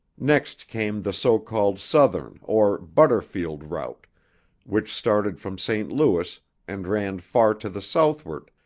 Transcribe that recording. next came the so-called southern or butterfield route which started from st. louis and ran far to the southward,